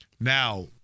Now